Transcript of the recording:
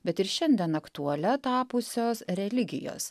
bet ir šiandien aktualia tapusios religijos